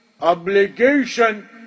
obligation